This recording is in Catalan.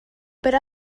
per